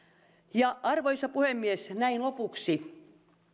hyvin arvoisa puhemies näin lopuksi